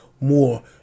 more